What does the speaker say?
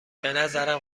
نظرم